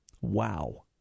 Wow